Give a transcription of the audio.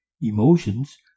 emotions